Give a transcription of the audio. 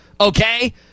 Okay